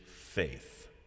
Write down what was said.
faith